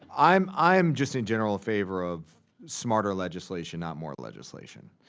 i'm i'm just in general favor of smarter legislation, not more legislation.